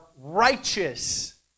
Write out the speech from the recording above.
righteous